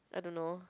I don't know